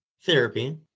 Therapy